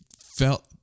felt